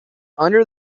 under